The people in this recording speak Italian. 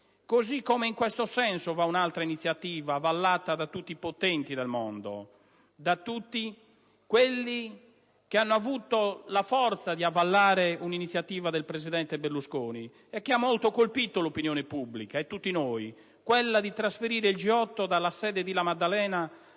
così come in questo senso va un'altra iniziativa avallata da tutti i potenti del mondo, da tutti quelli che hanno avuto la forza di avallare un'iniziativa del presidente Berlusconi, che ha molto colpito l'opinione pubblica e tutti noi: quella di trasferire il G8 dalla sede della Maddalena